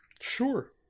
Sure